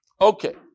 Okay